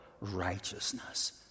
righteousness